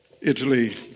Italy